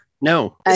No